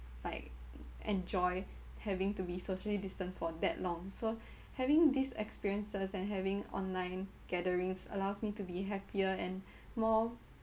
like enjoy having to be socially distanced for that long so having this experiences and having online gatherings allows me to be happier and more